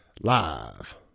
live